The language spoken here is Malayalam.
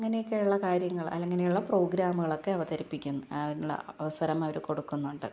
അങ്ങനെയൊക്കെയുള്ള കാര്യങ്ങൾ അല്ലെങ്കിൽ അങ്ങനെയുള്ള പ്രോഗ്രാമുകൾ ഒക്കെ അവതരിപ്പിക്കുന്നു അതിനുള്ള അവസരം അവർ കൊടുക്കുന്നുണ്ട്